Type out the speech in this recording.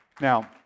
Now